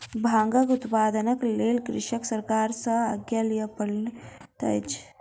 भांगक उत्पादनक लेल कृषक सरकार सॅ आज्ञा लिअ पड़ैत अछि